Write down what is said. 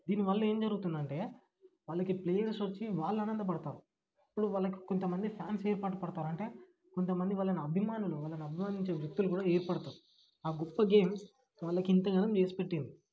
దీని వల్ల ఏం జరుగుతుందంటే వాళ్ళకి ప్లేయర్స్ వచ్చి వాళ్ళానందపడతారు అప్పుడు వాళ్ళకి కొంతమంది ఫ్యాన్స్ ఏర్పాటు పడతారు అంటే కొంతమంది వాళ్ళను అభిమానులు వాళ్ళని అభిమానించే వ్యక్తులు కూడా ఏర్పడతారు ఆ గొప్ప గేమ్ వాళ్ళకింత గణం చేసి పెట్టింది